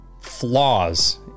flaws